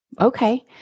Okay